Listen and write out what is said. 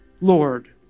Lord